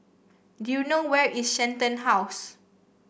do you know where is Shenton House